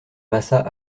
massat